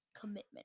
commitment